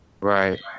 right